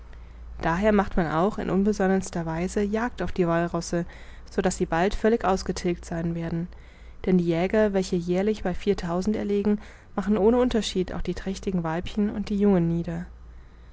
daher macht man auch in unbesonnenster weise jagd auf die wallrosse so daß sie bald völlig ausgetilgt sein werden denn die jäger welche jährlich bei viertausend erlegen machen ohne unterschied auch die trächtigen weibchen und die jungen nieder